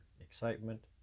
excitement